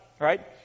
right